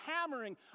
hammering